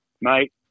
Mate